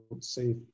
safe